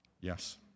Yes